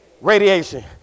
Radiation